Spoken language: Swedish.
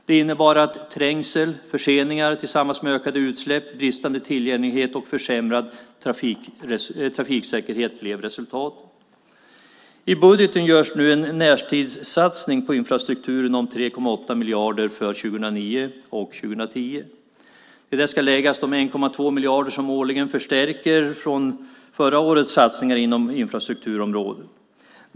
Det innebar att trängsel och förseningar tillsammans med ökade utsläpp, bristande tillgänglighet och försämrad trafiksäkerhet blev resultatet. I budgeten görs nu en närtidssatsning på infrastrukturen om 3,8 miljarder för 2009 och 2010. Till det ska läggas de 1,2 miljarder som årligen förstärker föregående års satsningar inom infrastrukturområdet.